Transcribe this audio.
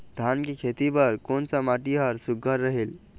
धान के खेती बर कोन सा माटी हर सुघ्घर रहेल?